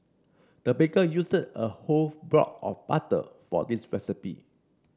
the baker used a whole block of butter for this recipe